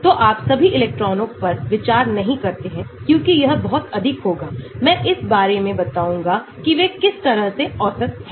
तो आप सभी इलेक्ट्रॉनों पर विचार नहीं करते हैं क्योंकि यह बहुत अधिक होगा मैं इस बारे में बताऊंगा कि वे किस तरह से औसत हैं